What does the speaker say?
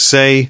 Say